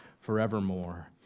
forevermore